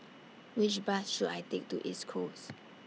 Which Bus should I Take to East Coast